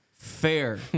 Fair